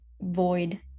void